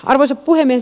arvoisa puhemies